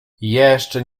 jeszcze